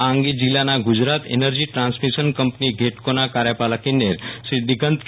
આ અંગે જિલ્લાના ગુજરાત એનર્જી ટ્રાન્સમિશન કંપની ગેટકોના કાર્યપાલક ઈજનરે શ્રી દિગંત કે